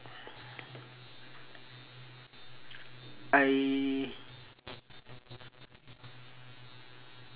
I